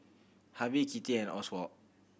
Harvie Kitty and Oswald